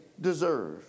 deserve